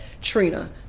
Trina